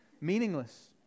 Meaningless